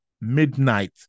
midnight